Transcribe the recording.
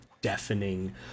deafening